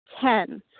Ten